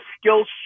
skills